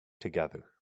together